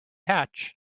hatch